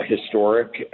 historic